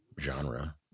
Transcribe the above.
genre